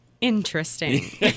interesting